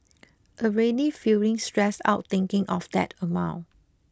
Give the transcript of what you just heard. already feeling stressed out thinking of that amount